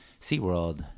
SeaWorld